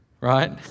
Right